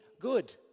good